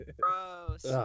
gross